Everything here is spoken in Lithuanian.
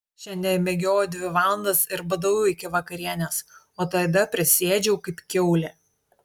šiandien bėgiojau dvi valandas ir badavau iki vakarienės o tada prisiėdžiau kaip kiaulė